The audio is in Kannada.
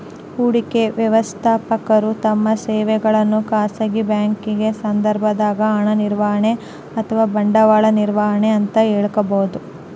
ಹೂಡಿಕೆ ವ್ಯವಸ್ಥಾಪಕರು ತಮ್ಮ ಸೇವೆಗಳನ್ನು ಖಾಸಗಿ ಬ್ಯಾಂಕಿಂಗ್ ಸಂದರ್ಭದಾಗ ಹಣ ನಿರ್ವಹಣೆ ಅಥವಾ ಬಂಡವಾಳ ನಿರ್ವಹಣೆ ಅಂತ ಹೇಳಬೋದು